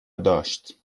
داشت